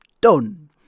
done